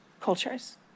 cultures